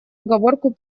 оговорку